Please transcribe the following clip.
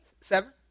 Seven